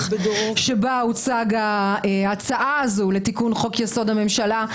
שבה הוצגה ההצעה הזאת לתיקון חוק-יסוד: הממשלה.